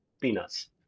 peanuts